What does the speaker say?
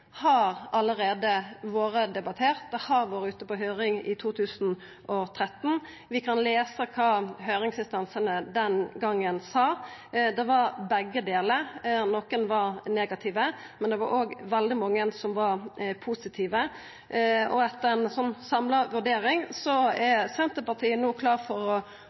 allereie har vore debattert, det var på høyring i 2013. Vi kan lesa kva høyringsinstansane den gongen sa, det var begge delar, nokre var negative, men det var òg veldig mange som var positive. Etter ei samla vurdering er Senterpartiet no klare for å